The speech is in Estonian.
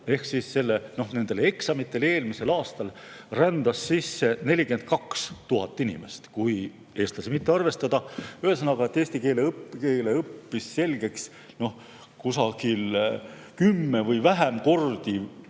ehk siis nendele eksamitele eelnenud aastal rändas sisse 42 000 inimest, kui eestlasi mitte arvestada. Ühesõnaga, eesti keele õppis selgeks kusagil kümme või vähemgi kordi